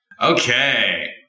Okay